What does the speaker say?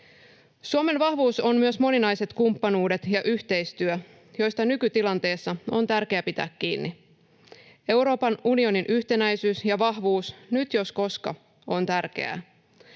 Suomen vahvuus on myös moninaiset kumppanuudet ja yhteistyö, joista nykytilanteessa on tärkeää pitää kiinni. Euroopan unionin yhtenäisyys ja vahvuus, nyt jos koskaan, on tärkeää.